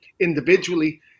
individually